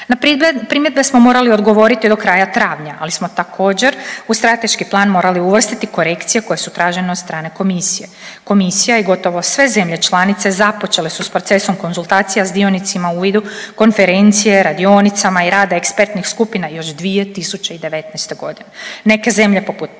Na primjedbe smo morali odgovoriti do kraja travnja, ali smo također u strateški plan morali uvrstiti korekcije koje su tražene od strane Komisije. Komisija i gotovo sve zemlje članice započele su s procesom konzultacija s dionicima u vidu konferencije, radionicama i rada ekspertnih skupina još 2019.g., neke zemlje poput